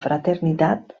fraternitat